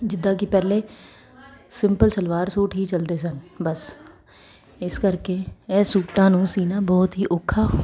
ਜਿੱਦਾਂ ਕਿ ਪਹਿਲਾਂ ਸਿੰਪਲ ਸਲਵਾਰ ਸੂਟ ਹੀ ਚੱਲਦੇ ਸਨ ਬਸ ਇਸ ਕਰਕੇ ਇਹ ਸੂਟਾਂ ਨੂੰ ਸੀਣਾ ਬਹੁਤ ਹੀ ਔਖਾ